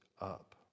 up